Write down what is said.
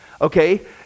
okay